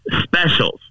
specials